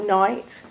night